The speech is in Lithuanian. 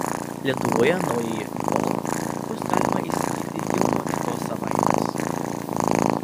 lietuvoje naująjį golf bus galima įsigyti jau nuo kitos savaitės